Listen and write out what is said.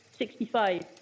65